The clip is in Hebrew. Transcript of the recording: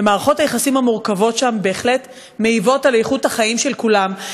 מערכות היחסים המורכבות שם בהחלט מעיבות על איכות החיים של כולם.